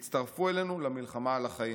הצטרפו אלינו למלחמה על החיים.